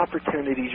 opportunities